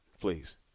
please